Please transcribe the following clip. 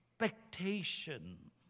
expectation